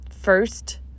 first